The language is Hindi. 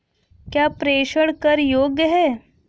क्या प्रेषण कर योग्य हैं?